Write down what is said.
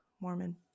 Mormon